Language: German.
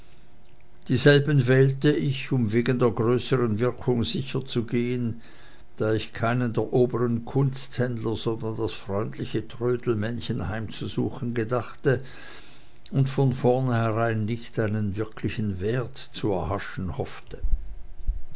dieselben wählte ich um wegen der größeren wirkung sicherzugehen da ich keinen der oberen kunsthändler sondern das freundliche trödelmännchen heimzusuchen gedachte und von vornherein nicht einen wirklichen wert zu erhaschen hoffte